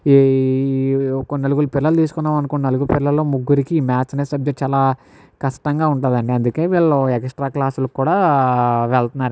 ఈ ఒక నలుగురు పిల్లల్ని తీసుకున్నాం అనుకో నలుగురు పిల్లల్లో ముగ్గురికి మాథ్స్ అనే సబ్జెక్ట్ చాలా కష్టంగా ఉంటుందండి అందుకే వీళ్లు ఎక్స్ట్రా క్లాస్ లకు కూడా వెళ్తున్నారు